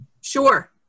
Sure